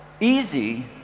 easy